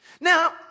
now